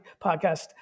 podcast